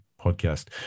podcast